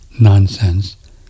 nonsense